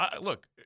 Look